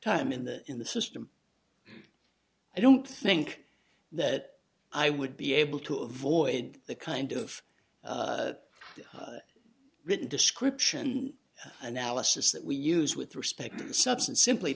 time in the in the system i don't think that i would be able to avoid the kind of written description analysis that we use with respect to the substance simply